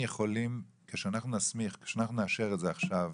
כשאנחנו נאשר את זה עכשיו,